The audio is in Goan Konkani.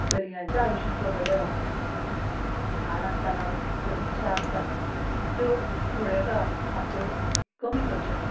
चलयांच्या आयुश्यांतलो बदल आसता ल्हान आसताना ज्यो इच्छा आसता त्यो थोड्योकाळ आपल्यो कमी करच्यो पडटा